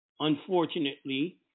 Unfortunately